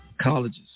colleges